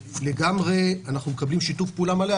לגמרי אנחנו מקבלים שיתוף פעולה מלא.